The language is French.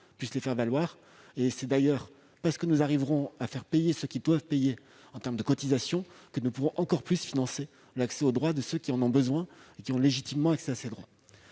puissent les faire valoir. C'est d'ailleurs parce que nous arriverons à faire payer ceux qui peuvent payer leurs cotisations que nous pourrons encore mieux financer l'accès aux droits de ceux qui en ont besoin et qui y ont légitimement accès.